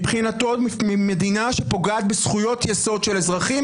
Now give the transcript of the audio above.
מבחינתנו היא מדינה שפוגעת בזכויות יסוד של אזרחים,